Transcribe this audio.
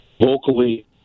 vocally